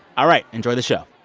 all right, enjoy the show